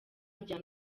rya